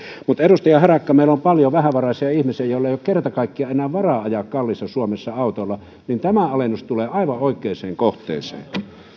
mutta edustaja harakka koska meillä on paljon vähävaraisia ihmisiä joilla ei ole ole kerta kaikkiaan enää varaa ajaa kalliissa suomessa autolla tämä alennus tulee aivan oikeaan kohteeseen